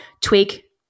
tweak